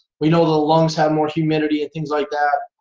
we know the lungs have more humidity and things like that.